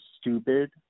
stupid